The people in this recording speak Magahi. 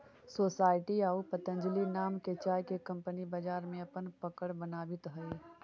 सोसायटी आउ पतंजलि नाम के चाय के कंपनी बाजार में अपन पकड़ बनावित हइ